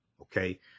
Okay